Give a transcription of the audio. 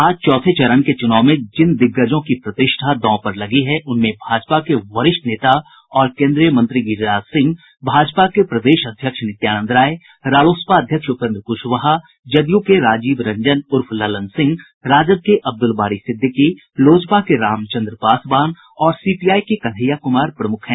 आज चौथे चरण के चूनाव में जिन दिग्गजों की प्रतिष्ठा दांव पर लगी है उनमें भाजपा के वरिष्ठ नेता और केन्द्रीय मंत्री गिरिराज सिंह भाजपा के प्रदेश अध्यक्ष नित्यानंद राय रालोसपा अध्यक्ष उपेन्द्र कुशवाहा जदयू के राजीव रंजन उर्फ ललन सिंह राजद के अब्दुल बारी सिद्दिकी लोजपा के रामचंद्र पासवान और सीपीआई के कन्हैया कुमार प्रमुख हैं